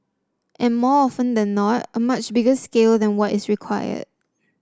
and more often than not a much bigger scale than what is required